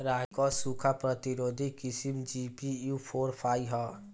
रागी क सूखा प्रतिरोधी किस्म जी.पी.यू फोर फाइव ह?